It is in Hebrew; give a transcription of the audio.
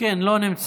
לא נמצאת.